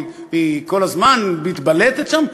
והיא כל הזמן מתבלטת שם,